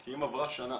כי אם עברה שנה